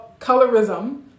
colorism